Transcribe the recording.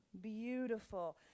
beautiful